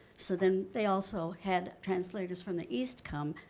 so then, they also had translators from the east come,